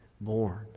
born